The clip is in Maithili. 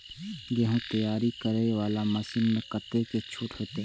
गेहूं तैयारी करे वाला मशीन में कतेक छूट होते?